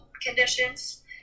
conditions